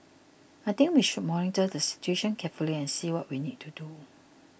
I think we should monitor the situation carefully and see what we need to do